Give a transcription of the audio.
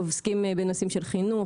עוסקים בנושאים של חינוך,